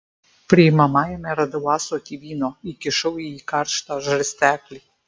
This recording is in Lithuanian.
priimamajame radau ąsotį vyno įkišau į jį karštą žarsteklį